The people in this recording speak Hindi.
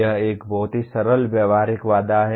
यह एक बहुत ही सरल व्यावहारिक बाधा है